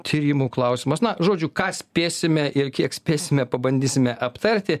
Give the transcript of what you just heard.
tyrimų klausimas na žodžiu ką spėsime ir kiek spėsime pabandysime aptarti